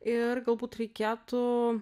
ir galbūt reikėtų